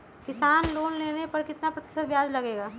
किसान लोन लेने पर कितना प्रतिशत ब्याज लगेगा?